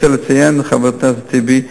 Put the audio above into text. חבר הכנסת טיבי,